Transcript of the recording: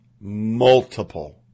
Multiple